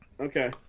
okay